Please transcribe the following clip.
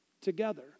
together